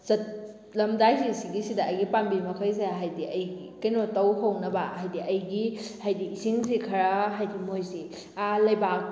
ꯆꯠꯂꯝꯗꯥꯏꯁꯤ ꯁꯤꯒꯤꯁꯤꯗ ꯑꯩꯒꯤ ꯄꯥꯝꯕꯤ ꯃꯈꯩꯁꯦ ꯍꯥꯏꯗꯤ ꯑꯩꯒꯤ ꯀꯩꯅꯣ ꯇꯧꯍꯧꯅꯕ ꯍꯥꯏꯗꯤ ꯑꯩꯒꯤ ꯍꯥꯏꯗꯤ ꯏꯁꯤꯡꯁꯤ ꯈꯔ ꯍꯥꯏꯗꯤ ꯃꯣꯏꯁꯦ ꯂꯩꯕꯥꯛ